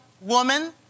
woman